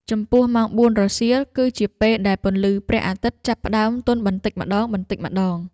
ចំពោះ ម៉ោងបួនរសៀលគឺជាពេលដែលពន្លឺព្រះអាទិត្យចាប់ផ្តើមទន់បន្តិចម្តងៗ។